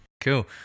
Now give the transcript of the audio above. Cool